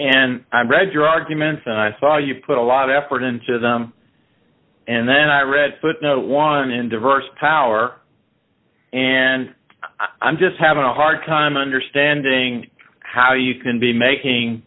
and i read your arguments and i saw you put a lot of effort into them and then i read footnote one in diverse power and i'm just having a hard time understanding how you can be making